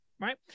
right